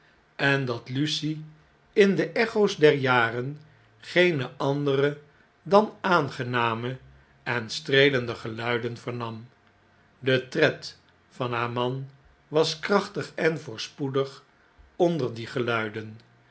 en dat lucie in de echo's der jaren geene andere dan aangename en streelende geluiden vernam de tred van haar man was kraehtig en voorspoedig onder die geluiden